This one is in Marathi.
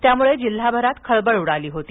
त्यामुळे जिल्हाभरात खळबळ उडाली होती